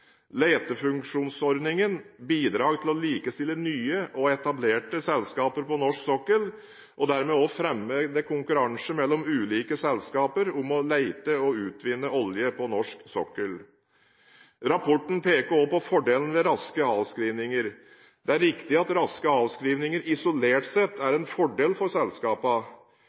til å likestille nye og etablerte selskaper på norsk sokkel og dermed til å fremme konkurransen mellom selskaper om å lete og utvinne olje på norsk sokkel. Rapporten peker også på fordelen ved raske avskrivinger. Det er riktig at raske avskrivinger isolert sett er en fordel for